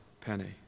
penny